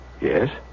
Yes